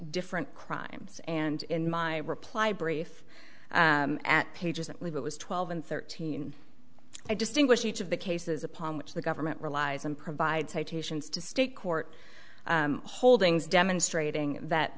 different crimes and in my reply brief at pages that leave it was twelve and thirteen i just english each of the cases upon which the government relies on provide citations to state court holdings demonstrating that